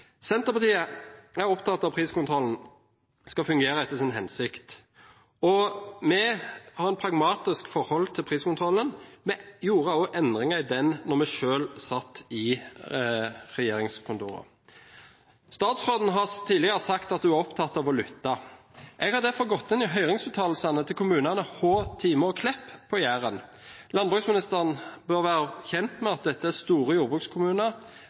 Senterpartiet er opptatt av at priskontrollen skal fungere etter sin hensikt. Vi har et pragmatisk forhold til priskontrollen. Vi gjorde også endringer i den da vi selv satt i regjeringskontorene. Statsråden har tidligere sagt at hun er opptatt av å lytte. Jeg har derfor gått inn i høringsuttalelsene til kommunene Hå, Time og Klepp på Jæren. Landbruksministeren bør være kjent med at dette er store jordbrukskommuner.